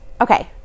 Okay